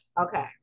Okay